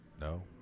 no